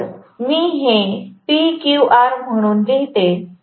तर मी हे PQR म्हणून लिहिते